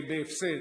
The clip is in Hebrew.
בהפסד.